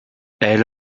elle